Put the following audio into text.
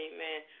Amen